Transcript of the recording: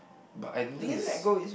but I don't think is